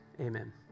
amen